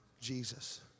Jesus